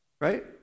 Right